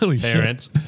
parent